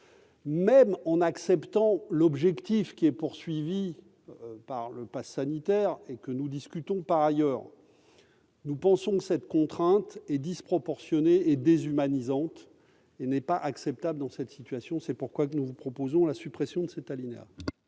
Même en partageant l'objectif qui est visé par le passe sanitaire, et quand bien même nous le discutons, nous pensons que cette contrainte est disproportionnée et déshumanisante et qu'elle n'est pas acceptable dans cette situation. C'est pourquoi nous proposons la suppression de cet alinéa.